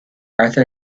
arthur